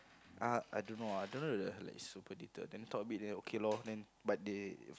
uh I don't know ah I don't know the like super detailed then talk a bit then okay loh then but they